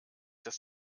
das